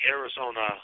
Arizona